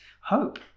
hope